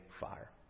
fire